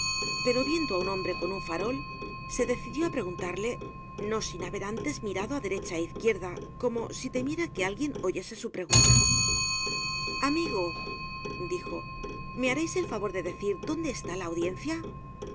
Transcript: pero viendo á un hombre con un farol se decidió á preguntarle no sin haber antes mirado á derecha é izquierda como si temiera que alguien oyese su pregunta amigo dijo me hareis el favor de decir dónde está la audiencia